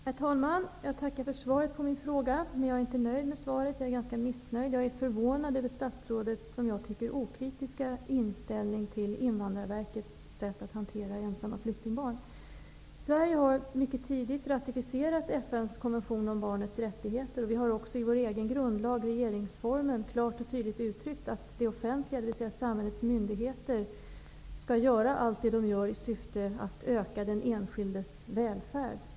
Herr talman! Jag tackar för svaret på min fråga. Jag är inte nöjd med svaret. Jag är ganska missnöjd. Jag är förvånad över statsrådets, som jag tycker, okritiska inställning till Invandrarverkets sätt att hantera ensamma flyktingbarn. Sverige har mycket tidigt ratificerat FN:s konvention om barnets rättigheter. Vi har också i vår egen grundlag, regeringsformen, klart och tydligt uttryckt att allt vad det offentliga, dvs. samhällets myndigheter, gör, skall de göra i syfte att öka den enskildes välfärd.